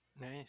Nice